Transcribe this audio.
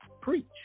preach